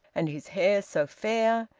and his hair so fair,